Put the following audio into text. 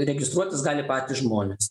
registruotis gali patys žmonės